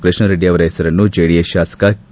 ಕೃಷ್ಣಾರಡ್ಡಿಯವರ ಪೆಸರನ್ನು ಜೆಡಿಎಸ್ ಶಾಸಕ ಕೆ